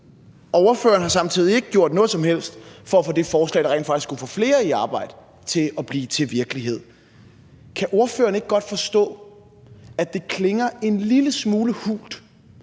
ordføreren har samtidig ikke gjort noget som helst for at få det forslag, der rent faktisk skulle få flere i arbejde, til at blive til virkelighed. Kan ordføreren ikke godt forstå, at det klinger en lille smule hult,